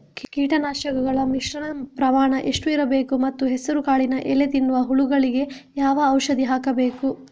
ಕೀಟನಾಶಕಗಳ ಮಿಶ್ರಣ ಪ್ರಮಾಣ ಎಷ್ಟು ಇರಬೇಕು ಮತ್ತು ಹೆಸರುಕಾಳಿನ ಎಲೆ ತಿನ್ನುವ ಹುಳಗಳಿಗೆ ಯಾವ ಔಷಧಿ ಹಾಕಬೇಕು?